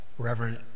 Reverend